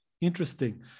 Interesting